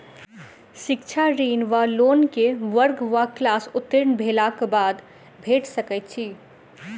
शिक्षा ऋण वा लोन केँ वर्ग वा क्लास उत्तीर्ण भेलाक बाद भेट सकैत छी?